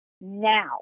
now